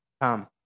come